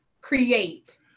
create